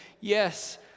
yes